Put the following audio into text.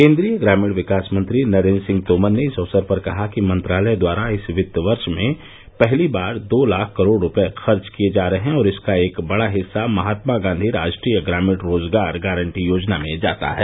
केंद्रीय ग्रामीण विकास मंत्री नरेंद्र सिंह तोमर ने इस अवसर पर कहा कि मंत्रालय द्वारा इस वित्त वर्ष में पहली बार दो लाख करोड़ रुपये खर्च किए जा रहे हैं और इसका एक बड़ा हिस्सा महात्मा गांधी राष्ट्रीय ग्रामीण रोजगार गारंटी योजना में जाता है